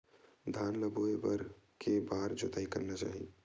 धान ल बोए बर के बार जोताई करना चाही?